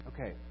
okay